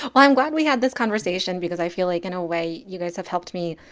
i'm glad we had this conversation because i feel like in a way you guys have helped me.